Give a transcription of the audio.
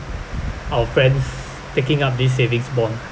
our friends taking up these savings bond